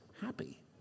happy